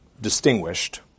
distinguished